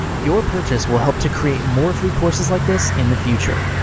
your purchase will help to create more free courses like this in the future.